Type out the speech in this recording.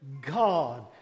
God